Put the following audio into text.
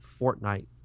Fortnite